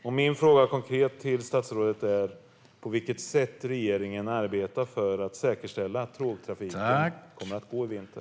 Min konkreta fråga till statsrådet är: På vilket sätt arbetar regeringen för att säkerställa att tågtrafiken kommer att gå i vinter?